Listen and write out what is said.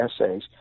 essays